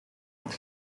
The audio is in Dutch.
het